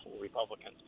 Republicans